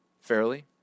fairly